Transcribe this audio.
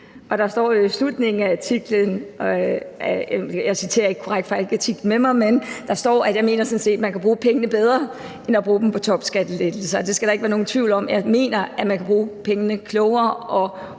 med mig – at jeg sådan set mener, at man kan bruge pengene bedre end at bruge dem på topskattelettelser. Og der skal ikke være nogen tvivl om, at jeg mener, at man kan bruge pengene klogere og